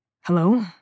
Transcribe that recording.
Hello